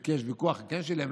יש ויכוח אם הוא כן שילם,